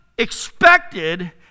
expected